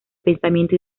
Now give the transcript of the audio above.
pensamiento